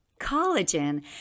collagen